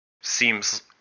seems